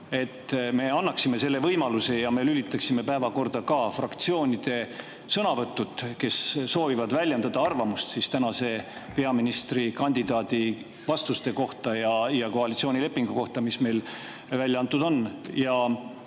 me annaksime selle võimaluse ja lülitaksime päevakorda ka nende fraktsioonide sõnavõtud, kes soovivad väljendada arvamust peaministrikandidaadi tänaste vastuste kohta ja koalitsioonilepingu kohta, mis välja antud on.